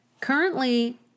Currently